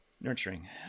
Nurturing